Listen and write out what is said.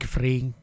Free